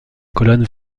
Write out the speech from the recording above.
colonne